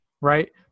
right